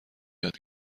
یاد